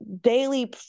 daily